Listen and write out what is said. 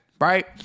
right